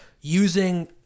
using